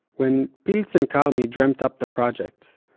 when pilz and karmi dreamt up the project,